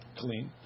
clean